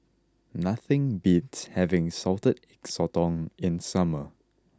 nothing beats having Salted Egg Sotong in summer